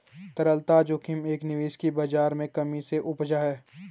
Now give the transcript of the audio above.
तरलता जोखिम एक निवेश की बाज़ार में कमी से उपजा है